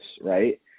right